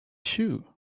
shoe